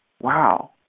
Wow